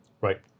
Right